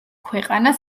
ქვეყანა